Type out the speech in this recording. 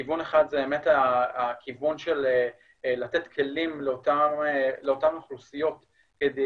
כיוון אחד זה הכיוון של לתת כלים לאותן אוכלוסיות כדי